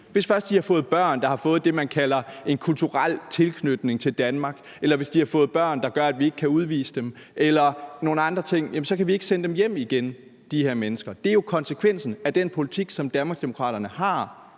Hvis først de har fået børn, der har fået det, man kalder en kulturel tilknytning til Danmark, eller hvis de har fået børn, hvilket gør, at vi ikke kan udvise dem, eller nogle andre ting, så kan vi ikke sende de her mennesker hjem igen. Det er jo konsekvensen af den politik, som Danmarksdemokraterne har